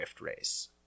race